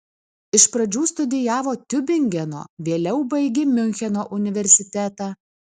iš pradžių studijavo tiubingeno vėliau baigė miuncheno universitetą